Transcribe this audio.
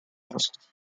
incendie